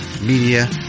media